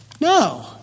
No